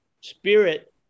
Spirit